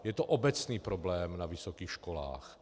Je to obecný problém na vysokých školách.